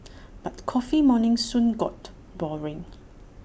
but coffee mornings soon got boring